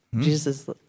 Jesus